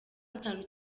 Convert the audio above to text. atanu